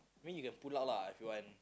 I mean you can pull out lah if you want